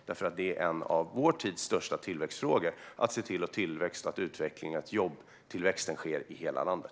Det är en av vår tids största tillväxtfrågor att se till att tillväxt, utveckling och jobbtillväxt sker i hela landet.